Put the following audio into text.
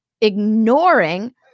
ignoring